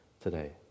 today